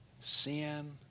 sin